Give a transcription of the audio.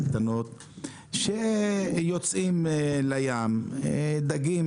שיוצאים לים, דגים